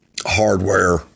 hardware